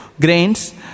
grains